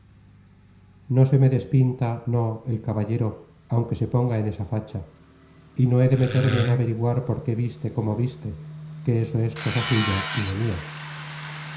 no se me despinta no el caballero aunque se ponga en esa facha y no he de meterme en averiguar por qué viste como viste que eso es cosa suya y no mía